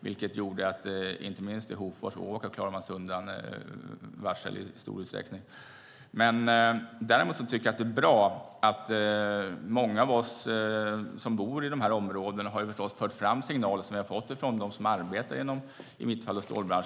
Det gjorde att inte minst Ovako i Hofors klarade sig undan varsel i stor utsträckning. Däremot tycker jag att det är bra att många av oss som bor i dessa områden för fram de signaler som vi har fått från dem som arbetar inom stålbranschen, som i mitt fall.